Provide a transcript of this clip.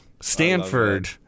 Stanford